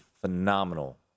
phenomenal